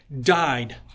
died